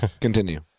Continue